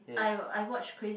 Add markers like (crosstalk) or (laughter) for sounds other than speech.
yes (noise)